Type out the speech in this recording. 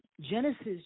Genesis